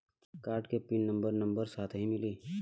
Card के PIN number number साथही मिला?